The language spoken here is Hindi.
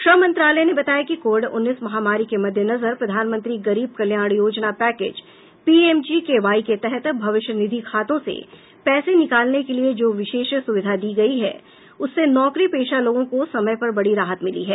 श्रम मंत्रालय ने बताया कि कोविड उन्नीस महामारी के मद्देनजर प्रधानमंत्री गरीब कल्याण योजना पैकेज पीएमजीकेवाई के तहत भविष्य निधि खातों से पैसे निकालने के लिए जो विशेष सुविधा दी गई उससे नौकरी पेशा लोगों को समय पर बड़ी राहत मिली है